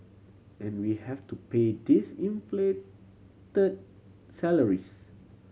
and we have to pay these inflated salaries